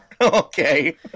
Okay